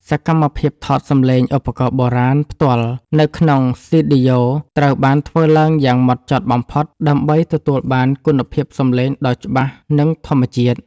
សកម្មភាពថតសំឡេងឧបករណ៍បុរាណផ្ទាល់នៅក្នុងស្ទីឌីយ៉ូ ត្រូវបានធ្វើឡើងយ៉ាងម៉ត់ចត់បំផុត ដើម្បីទទួលបានគុណភាពសំឡេងដ៏ច្បាស់ និងធម្មជាតិ។